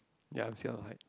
ya I'm still on high